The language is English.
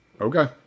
Okay